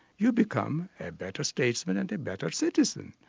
you become a better statesman and a better citizen.